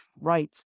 right